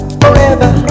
forever